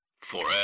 forever